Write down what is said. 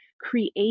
create